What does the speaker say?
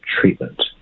treatment